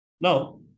Now